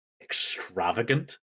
Extravagant